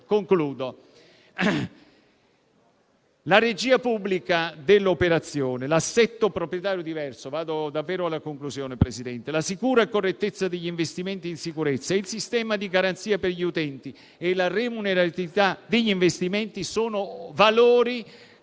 La regia pubblica dell'operazione, l'assetto proprietario diverso, la sicura correttezza degli investimenti in sicurezza, il sistema di garanzia per gli utenti e la remuneratività degli investimenti sono valori